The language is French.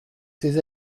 ses